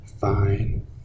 fine